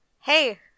Hey